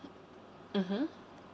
mmhmm